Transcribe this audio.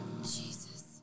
Jesus